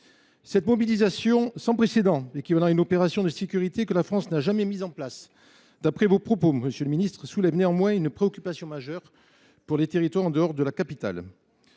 Cette mobilisation sans précédent, équivalant à une opération de sécurité que la France n’a jamais mise en place – selon vos dires, monsieur le ministre –, suscite néanmoins une préoccupation majeure pour les territoires en dehors de la capitale.